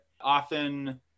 often